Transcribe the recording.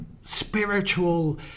spiritual